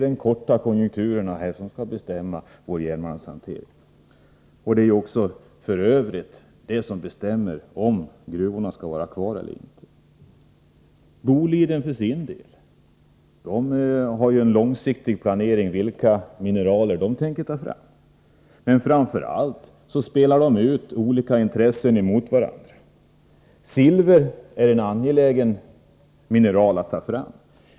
De korta konjunkturerna får bestämma vår järnmalmshantering och avgöra om en gruva skall vara kvar eller inte. Boliden för sin del har en långsiktig planering beträffande vilka mineraler som man tänker ta fram. Framför allt spelar man ut olika intressen mot varandra. Silver är en angelägen mineral att ta fram.